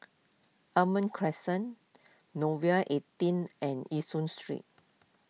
Almond Crescent Nouvel eighteen and Yishun Street